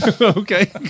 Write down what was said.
Okay